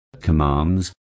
commands